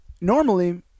normally